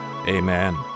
Amen